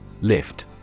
Lift